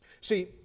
See